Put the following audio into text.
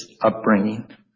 upbringing